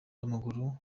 w’amaguru